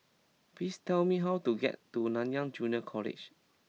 please tell me how to get to Nanyang Junior College